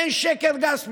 אין שקר גס מזה.